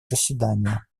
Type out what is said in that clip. заседание